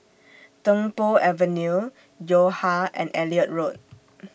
Tung Po Avenue Yo Ha and Elliot Road